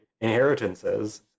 inheritances